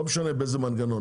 לא משנה באיזה מנגנון,